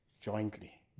jointly